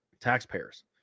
Taxpayers